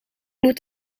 moet